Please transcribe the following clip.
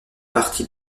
parties